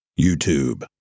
YouTube